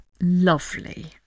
lovely